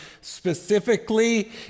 specifically